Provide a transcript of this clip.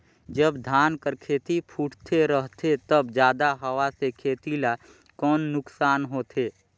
जब धान कर खेती फुटथे रहथे तब जादा हवा से खेती ला कौन नुकसान होथे?